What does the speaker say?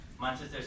Manchester